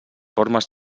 formes